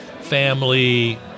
family